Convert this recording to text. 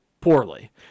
poorly